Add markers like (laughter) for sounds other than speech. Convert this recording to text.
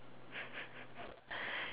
(laughs)